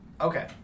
Okay